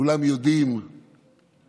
כולנו יודעים